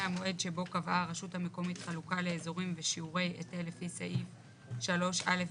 המועד שבו קבעה הרשות המקומית חלוקה לאזורים בשיעורי היטל לפי סעיף 3 (א',